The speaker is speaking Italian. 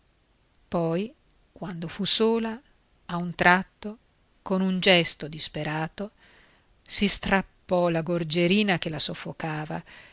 poi quando fu sola a un tratto con un gesto disperato si strappò la gorgierina che la soffocava